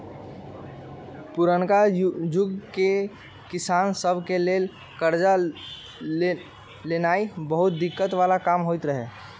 पुरनका जुग में किसान सभ के लेल करजा लेनाइ बहुते दिक्कत् बला काम होइत रहै